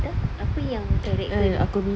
entah apa yang character dia